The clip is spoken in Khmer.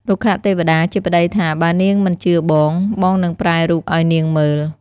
រុក្ខទេវតាជាប្ដីថា បើនាងមិនជឿបង បងនឹងប្រែរូបឱ្យនាងមើល។